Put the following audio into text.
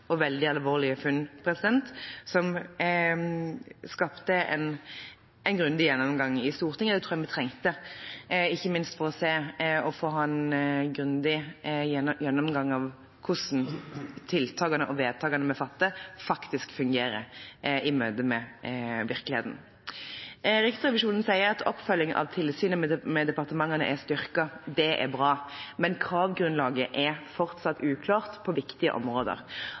og veldig alvorlige funn som førte til en grundig gjennomgang i Stortinget, og det tror jeg vi trengte, ikke minst for å se på hvordan tiltakene og vedtakene vi fatter, fungerer i møte med virkeligheten. Riksrevisjonen sier at oppfølgingen av tilsynet med departementene er styrket. Det er bra, men kravgrunnlaget er fortsatt uklart på viktige områder.